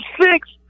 six